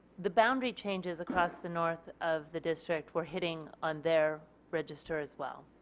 the battery changes across the north of the district were hitting on their registers as well.